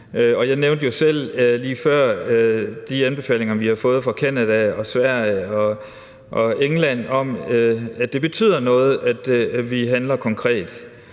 Jeg nævnte jo selv lige før de signaler, vi har fået fra Canada, Sverige og England om, at det betyder noget, at vi handler konkret.